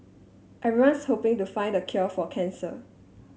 everyone's hoping to find the cure for cancer